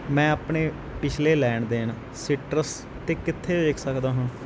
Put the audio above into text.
ਮੈਂ ਆਪਣੇ ਪਿਛਲੇ ਲੈਣ ਦੇਣ ਸੀਟਰਸ 'ਤੇ ਕਿੱਥੇ ਵੇਖ ਸਕਦਾ ਹਾਂ